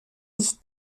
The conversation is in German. nicht